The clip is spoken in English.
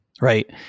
right